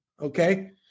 Okay